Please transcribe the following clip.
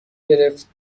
گرفت